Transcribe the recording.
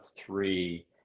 three